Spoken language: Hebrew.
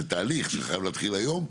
זה תהליך שחייב להתחיל היום,